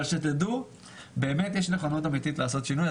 אבל דעו שיש נכונות אמיתית לעשות שינוי.